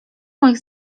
moich